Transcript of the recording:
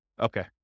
Okay